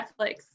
Netflix